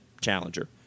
Challenger